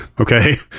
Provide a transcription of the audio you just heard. Okay